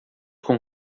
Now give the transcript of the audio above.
com